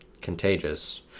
contagious